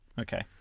Okay